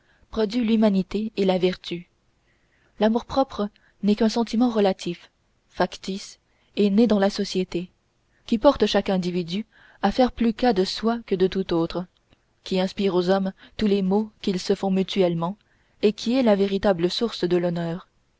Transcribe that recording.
produit l'humanité et la vertu l'amour-propre n'est qu'un sentiment relatif factice et né dans la société qui porte chaque individu à faire plus cas de soi que de tout autre qui inspire aux hommes tous les maux qu'ils se font mutuellement et qui est la véritable source de l'honneur